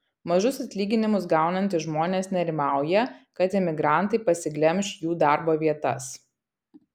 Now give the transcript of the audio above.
mažus atlyginimus gaunantys žmonės nerimauja kad imigrantai pasiglemš jų darbo vietas